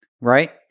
Right